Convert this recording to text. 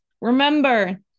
remember